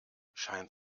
scheint